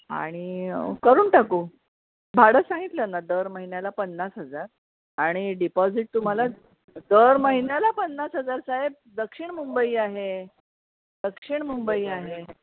आणि करून टाकू भाडं सांगितलं ना दर महिन्याला पन्नास हजार आणि डिपॉझिट तुम्हाला दर महिन्याला पन्नास हजार साएब दक्षिण मुंबई आहे दक्षिण मुंबई आहे